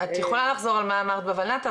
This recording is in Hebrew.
את יכולה לחזור על מה אמרת בולנת"ע,